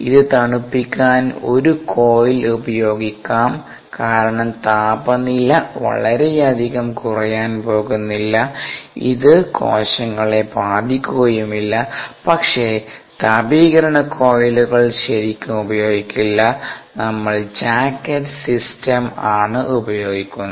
ഇത് തണുപ്പിക്കാൻ ഒരു കോയിൽ ഉപയോഗിക്കാം കാരണം താപനില വളരെയധികം കുറയാൻ പോകുന്നില്ല ഇത് കോശങ്ങളെ ബാധിക്കുകയില്ല പക്ഷേ തപീകരണ കോയിലുകൾ ശരിക്കും ഉപയോഗിക്കില്ല നമ്മൾ ജാക്കറ്റ് സിസ്റ്റം ആണ് ഉപയോഗിക്കുന്നത്